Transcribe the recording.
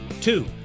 Two